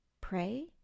pray